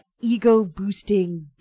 ego-boosting